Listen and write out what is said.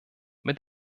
mit